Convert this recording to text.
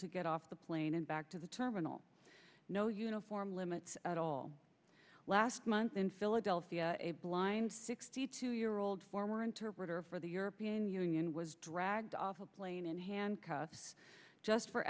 to get off the plane and back to the terminal no uniform limits at all last month in philadelphia a blind sixty two year old former interpreter for the european union was dragged off a plane in handcuffs just for